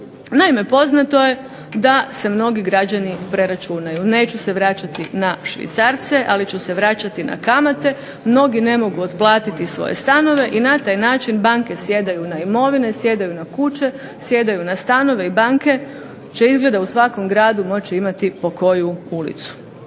Naime poznato je da se mnogi građani preračunaju. Neću se vraćati na Švicarce, ali ću se vraćati na kamate, mnogi ne mogu otplatiti svoje stanove i na taj način banke sjedaju na imovine, sjedaju na kuće, sjedaju na stanove, i banke će izgleda u svakom gradu moći imati po koju ulicu.